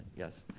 yes.